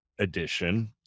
Edition